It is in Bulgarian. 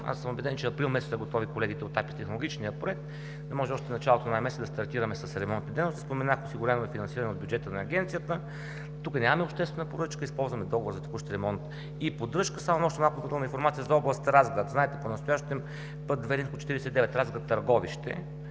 аз съм убеден, че април месец ще са готови колегите от АПИ с технологичния проект и да можем още в началото на месеца да стартираме с ремонтни дейности. Споменах осигурено финансиране от бюджета на Агенцията. Тук нямаме обществена поръчка. Използваме Договора за текущ ремонт и поддръжка. Само още малко допълнителна информация за област Разград: знаете, понастоящем път ІІ-49 Търговище